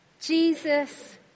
Jesus